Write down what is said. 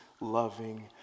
loving